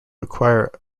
acquire